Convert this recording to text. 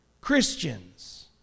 Christians